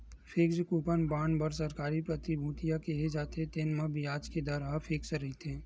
fixed coupon bond बर सरकारी प्रतिभूतिया केहे जाथे, तेन म बियाज के दर ह फिक्स रहिथे